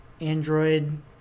Android